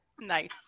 Nice